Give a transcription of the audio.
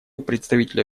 представителя